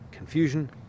confusion